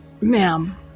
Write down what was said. Ma'am